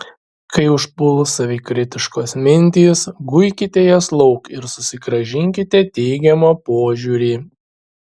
kai užpuls savikritiškos mintys guikite jas lauk ir susigrąžinkite teigiamą požiūrį